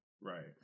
Right